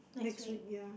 next week yeah